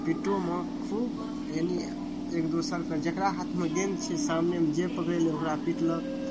पिट्टोमे खूब यानी एक दोसरके जकरा हाथमे गेन्द छै सामनेमे जे पकड़ेलै ओकरा पिटलक